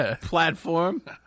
platform